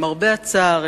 למרבה הצער,